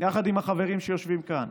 יחד עם החברים שיושבים כאן,